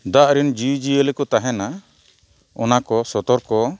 ᱫᱟᱜ ᱨᱮᱱ ᱡᱤᱣᱤ ᱡᱤᱭᱟᱹᱞᱤ ᱠᱚ ᱛᱟᱦᱮᱱᱟ ᱚᱱᱟ ᱠᱚ ᱥᱚᱛᱚᱨᱠᱚ